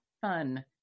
Fun